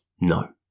No